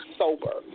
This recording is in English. sober